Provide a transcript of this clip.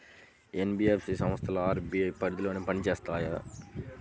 NBFC సంస్థలు RBI పరిధిలోనే పని చేస్తాయా?